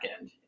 end